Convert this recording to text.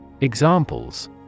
Examples